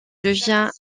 devient